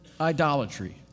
idolatry